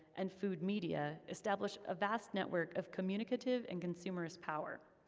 and food media, establish a vast network of communicative and consumerist power.